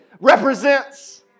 represents